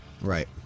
right